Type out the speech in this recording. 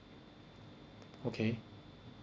okay